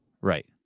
Right